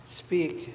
speak